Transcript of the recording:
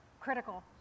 critical